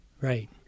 Right